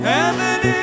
Heaven